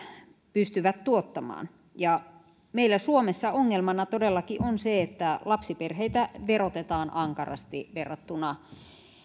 pystyvät tuottamaan meillä suomessa ongelmana todellakin on se että lapsiperheitä verotetaan ankarasti verrattuna